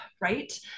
right